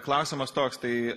klausimas toks tai